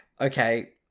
Okay